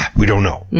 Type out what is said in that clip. we don't know.